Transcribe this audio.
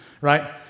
Right